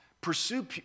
Pursue